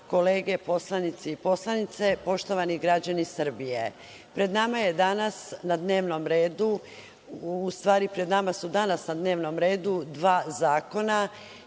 kolege poslanici i poslanice, poštovani građani Srbije, pred nama je danas na dnevnom redu, u stvari pred nama su danas na dnevnom redu dva zakona